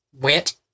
went